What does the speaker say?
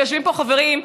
ויושבים פה חברים,